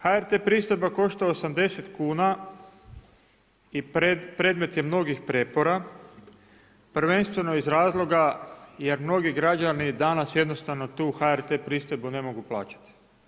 HRT pristojba košta 80 kn i predmet je mnogih prijepora prvenstveno iz razloga jer mnogu građani danas jednostavno tu HRT pristojbu ne mogu plaćati.